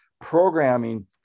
programming